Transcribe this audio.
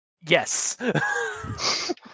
Yes